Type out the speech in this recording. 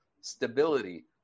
stability